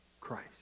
Christ